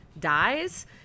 dies